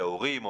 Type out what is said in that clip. על ההורים,